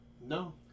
No